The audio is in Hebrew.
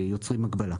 יוצרים הגבלה.